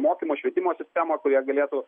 mokymo švietimo sistemą kurie galėtų